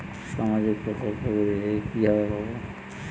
সামাজিক প্রকল্প গুলি কিভাবে পাব?